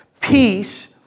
peace